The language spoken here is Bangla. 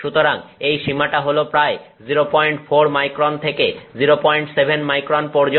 সুতরাং এই সীমাটা হলো প্রায় 04 মাইক্রন থেকে 07 মাইক্রন পর্যন্ত